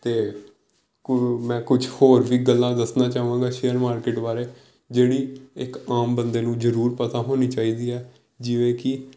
ਅਤੇ ਕੁ ਮੈਂ ਕੁਛ ਹੋਰ ਵੀ ਗੱਲਾਂ ਦੱਸਣਾ ਚਾਹਾਂਗਾ ਸ਼ੇਅਰ ਮਾਰਕੀਟ ਬਾਰੇ ਜਿਹੜੀ ਇੱਕ ਆਮ ਬੰਦੇ ਨੂੰ ਜ਼ਰੂਰ ਪਤਾ ਹੋਣੀ ਚਾਹੀਦੀ ਹੈ ਜਿਵੇਂ ਕਿ